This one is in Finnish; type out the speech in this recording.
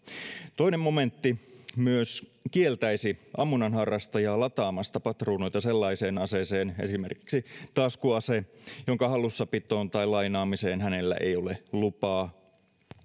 toinen momentti myös kieltäisi ammunnanharrastajaa lataamasta patruunoita sellaiseen aseeseen esimerkiksi taskuaseeseen jonka hallussapitoon tai lainaamiseen hänellä ei ole lupaa